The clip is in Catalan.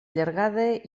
llargada